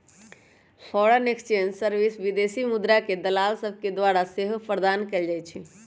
foreign exchange service विदेशी मुद्राके दलाल सभके द्वारा सेहो प्रदान कएल जाइ छइ